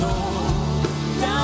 Down